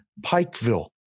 Pikeville